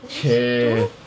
!chey!